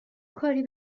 کاری